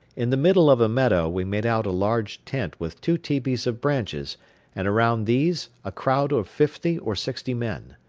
in the middle of a meadow we made out a large tent with two tepees of branches and around these a crowd of fifty or sixty men.